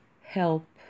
help